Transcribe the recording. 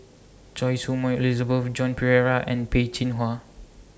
Choy Su Moi Elizabeth Joan Pereira and Peh Chin Hua